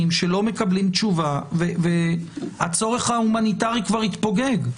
שלא מקבלים תשובה והצורך ההומניטרי כבר התפוגג.